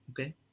Okay